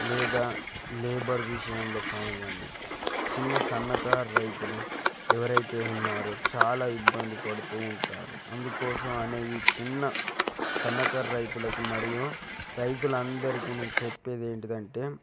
లేదా లేబర్ విషయంలో కానివ్వండి చిన్న సన్నకారు రైతులు ఎవరైతే ఉన్నారో చాలా ఇబ్బంది పడుతు ఉంటారు అందుకోసం అనే ఈ చిన్న సన్నకారు రైతులకు మరియు రైతులు అందరికి నేను చెప్పేది ఏంటంటే